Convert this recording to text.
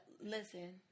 listen